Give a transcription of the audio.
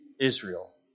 Israel